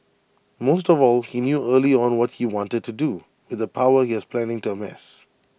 most of all he knew early on what he wanted to do with the power he was planning to amass